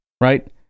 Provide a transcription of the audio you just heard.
right